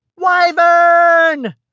Wyvern